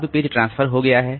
अब page transfer हो गया है